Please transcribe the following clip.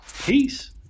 Peace